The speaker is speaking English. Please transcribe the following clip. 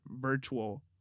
virtual